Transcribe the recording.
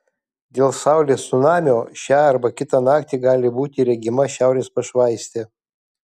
dėl saulės cunamio šią arba kitą naktį gali būti regima šiaurės pašvaistė